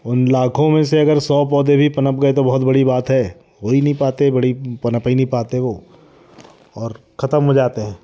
उन लाखों में से अगर सौ पौधे भी पनप गए तो बहुत बड़ी बात है हो ही नहीं पाते बड़ी पनप ही नहीं पाते वो और ख़त्म हो जाते हैं